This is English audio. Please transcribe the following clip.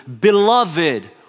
beloved